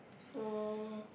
so